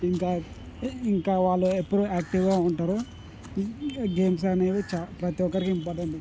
ఇంకా ఇంకా వాళ్ళు ఎప్పుడూ యాక్టివ్గా ఉంటారు గేమ్స్ అనేవి చాలా ప్రతి ఒక్కరికి ఇంపార్టెంట్